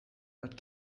but